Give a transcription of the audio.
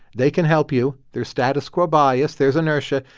they can help you. there's status quo bias. there's inertia.